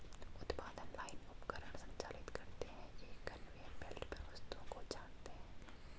उत्पादन लाइन उपकरण संचालित करते हैं, एक कन्वेयर बेल्ट पर वस्तुओं को छांटते हैं